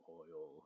oil